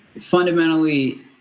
fundamentally